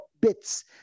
bits